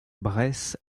bresse